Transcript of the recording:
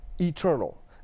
eternal